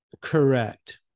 Correct